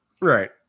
Right